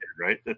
right